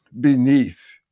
beneath